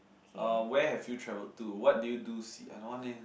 uh where have you traveled to what did you do see I want leh